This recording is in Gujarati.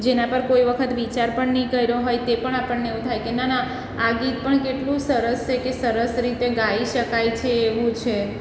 જેના પર કોઈ વખત વિચાર પણ નહીં કર્યો હોય તે પણ આપણને એવું થાય કે ના ના આ ગીત પણ કેટલું સરસ છે કે સરસ રીતે ગાઈ શકાય છે એવું છે